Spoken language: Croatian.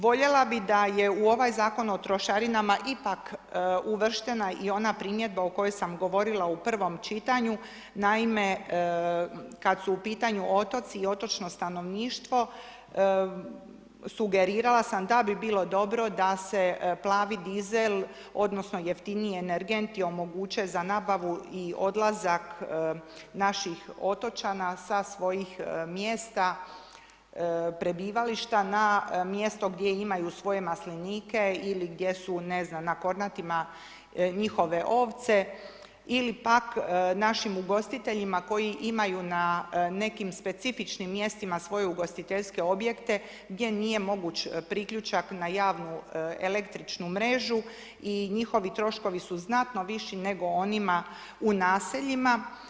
Voljela bih da je u ovaj Zakon o trošarinama ipak uvrštena i ona primjedba o kojoj sam govorila u prvom čitanju, naime, kada su u pitanju otoci i otočno stanovništvo sugerirala sam da bi bilo dobro da se plavi dizel, odnosno jeftiniji energenti omoguće za nabavu i odlazak naših otočana sa svojih mjesta prebivališta na mjesto gdje imaju svoje maslinike ili gdje su ne znam na Kornatima njihove ovce ili pak našim ugostiteljima koji imaju na nekim specifičnim mjestima svoje ugostiteljske objekte gdje nije moguć priključak na javnu električnu mrežu i njihovi troškovi su znatno viši nego onima u naseljima.